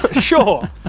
Sure